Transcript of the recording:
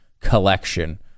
collection